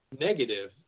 negative